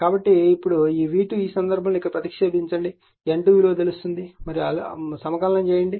కాబట్టి ఇప్పుడు v2 ఈ సందర్భంలో v2 ఇక్కడ ప్రతిక్షేపించండి N2 విలువ తెలుసు మరియు సమాకలనం చేయండి